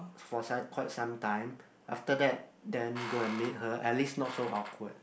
for so~ quite sometime after that then go and meet her at least not so awkward